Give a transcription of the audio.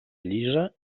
llisa